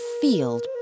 field